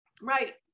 Right